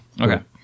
okay